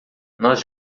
nós